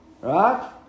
right